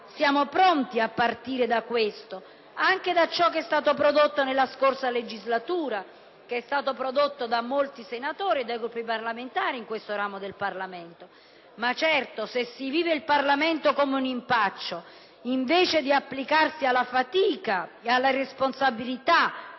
Siamo pronti a partire da questo, ma anche da ciò che è stato prodotto nella scorsa legislatura da molti senatori e dai Gruppi parlamentari in questo ramo del Parlamento. Ma certo, se si vive il Parlamento come un impaccio invece di applicarsi alla fatica e alla responsabilità